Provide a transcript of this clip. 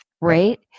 right